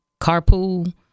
carpool